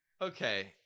okay